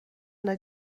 yna